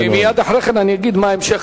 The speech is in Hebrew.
מייד אחרי כן אני אגיד מה המשך,